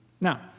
Now